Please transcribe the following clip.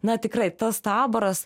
na tikrai tas taboras